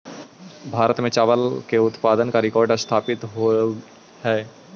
भारत में चावल के उत्पादन का रिकॉर्ड स्थापित होइल हई